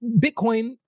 Bitcoin